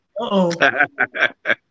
Uh-oh